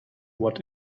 what